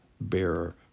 bearer